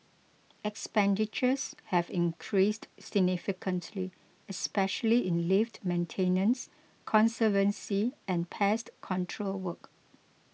expenditures have increased significantly especially in lift maintenance conservancy and pest control work